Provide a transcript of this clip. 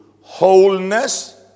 wholeness